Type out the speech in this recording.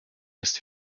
ist